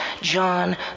John